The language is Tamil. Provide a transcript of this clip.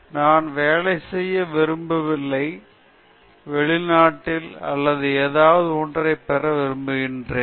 அர்ஜுன் நான் வேலை செய்ய விரும்பினால் வெளிநாட்டில் அல்லது ஏதாவது ஒன்றைப் பெற விரும்புகிறேன்